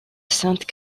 sainte